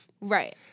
right